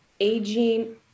aging